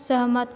सहमत